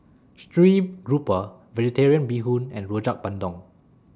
Stream Grouper Vegetarian Bee Hoon and Rojak Bandung